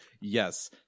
Yes